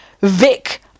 Vic